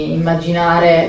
immaginare